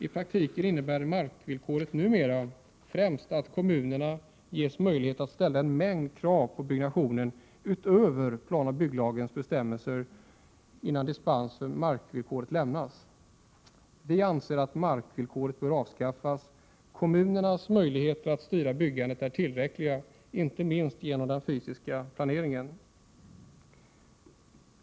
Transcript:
I praktiken innebär markvillkoret numera främst att kommunerna ges möjlighet att ställa en mängd krav på byggnationen utöver planoch bygglagens bestämmelser innan dispens från markvillkoret lämnas. Vi anser att markvillkoret bör avskaffas. Kommunernas möjligheter att styra byggandet är tillräckliga, inte minst genom den fysiska planeringen.